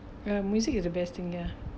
uh music is the best thing ya